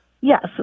Yes